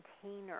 container